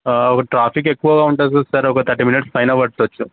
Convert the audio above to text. ఆ ఒక ట్రాఫిక్ ఎక్కువ ఉంటుంది సార్ ఒక థర్టీ మినిట్స్ ఫైన పట్టచ్చు